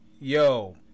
Yo